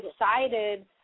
decided